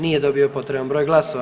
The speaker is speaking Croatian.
Nije dobio potreban broj glasova.